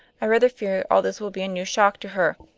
i rather fear all this will be a new shock to her.